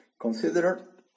Consider